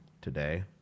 today